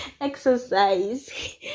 Exercise